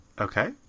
Okay